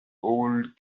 old